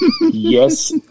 Yes